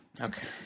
Okay